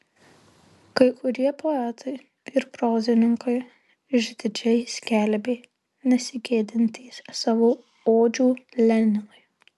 kai kurie poetai ir prozininkai išdidžiai skelbė nesigėdintys savo odžių leninui